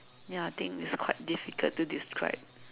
ya I think it's quite difficult to describe